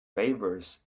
waivers